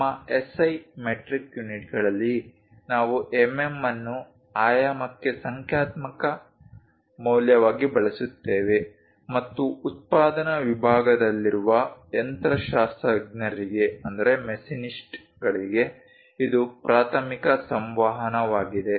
ನಮ್ಮ SI metric ಯೂನಿಟ್ಗಳಲ್ಲಿ ನಾವು ಎಂಎಂ ಅನ್ನು ಆಯಾಮಕ್ಕೆ ಸಂಖ್ಯಾತ್ಮಕ ಮೌಲ್ಯವಾಗಿ ಬಳಸುತ್ತೇವೆ ಮತ್ತು ಉತ್ಪಾದನಾ ವಿಭಾಗದಲ್ಲಿರುವ ಯಂತ್ರಶಾಸ್ತ್ರಜ್ಞರಿಗೆ ಇದು ಪ್ರಾಥಮಿಕ ಸಂವಹನವಾಗಿದೆ